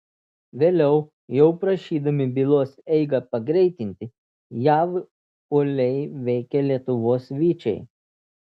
vėliau jau prašydami bylos eigą pagreitinti jav uoliai veikė lietuvos vyčiai